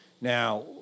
Now